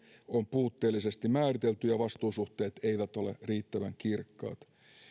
on puutteellisesti määritelty ja vastuusuhteet eivät ole riittävän kirkkaat